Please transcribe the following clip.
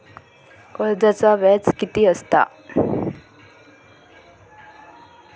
कर्जाचा व्याज कीती असता?